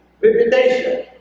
reputation